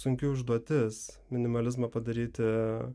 sunki užduotis minimalizmą padaryti